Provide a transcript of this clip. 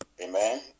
Amen